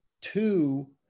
Two